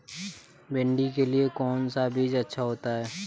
भिंडी के लिए कौन सा बीज अच्छा होता है?